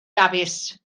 dafis